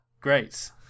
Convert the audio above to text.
Great